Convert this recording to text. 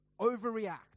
overreact